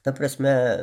ta prasme